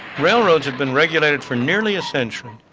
railroads have been regulated for nearly a century,